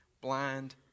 blind